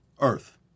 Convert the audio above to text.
earth